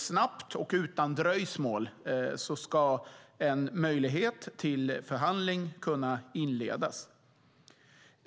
Snabbt och utan dröjsmål ska sedan en möjlighet till förhandling kunna inledas.